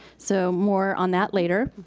so more on that later.